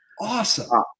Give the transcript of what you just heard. Awesome